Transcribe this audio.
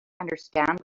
understand